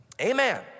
amen